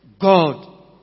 God